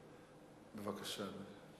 בבקשה.